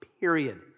period